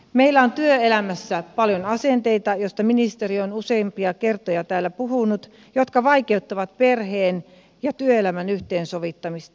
meillä on työelämässä paljon asenteita joista ministeri on useampia kertoja täällä puhunut ja jotka vaikeuttavat perheen ja työelämän yhteensovittamista